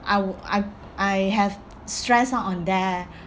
I I I have stressed out on them